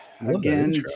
again